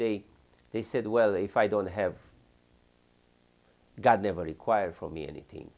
they they said well if i don't have god never require for me anything